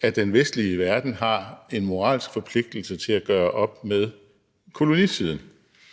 at den vestlige verden har en moralsk forpligtelse til at gøre op med kolonitiden.